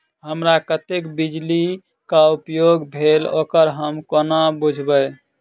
हमरा कत्तेक बिजली कऽ उपयोग भेल ओकर हम कोना बुझबै?